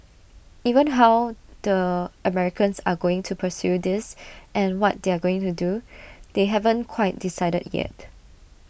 even how the Americans are going to pursue this and what they're going to do they haven't quite decided yet